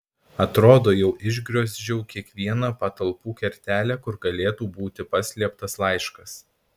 atrodo jau išgriozdžiau kiekvieną patalpų kertelę kur galėtų būti paslėptas laiškas